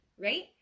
right